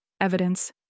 Evidence